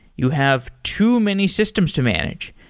you have too many systems to manage.